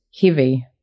heavy